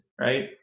right